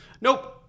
Nope